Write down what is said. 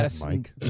Mike